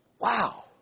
Wow